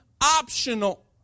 optional